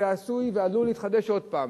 זה עשוי ועלול להתחדש עוד פעם.